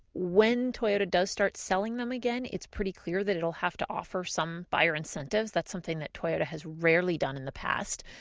when toyota does start selling them again, it's pretty clear that it will have to offer some buyer incentives. that's something toyota has rarely done in the past.